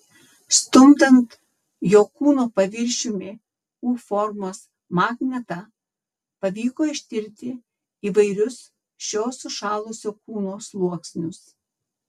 stumdant jo kūno paviršiumi u formos magnetą pavyko ištirti įvairius šio sušalusio kūno sluoksnius